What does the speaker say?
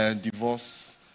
divorce